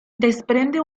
desprende